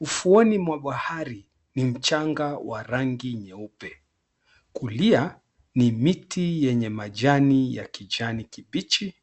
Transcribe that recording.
Ufuoni mwa bahari ni mchanga wa rangi nyeupe. Kulia ni miti yenye majani ya kijani kibichi.